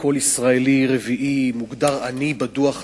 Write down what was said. כל ישראלי רביעי מוגדר עני בדוח הזה.